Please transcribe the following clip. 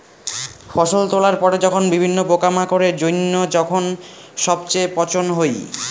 ফসল তোলার পরে যখন বিভিন্ন পোকামাকড়ের জইন্য যখন সবচেয়ে পচন হই